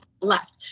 left